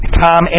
Tom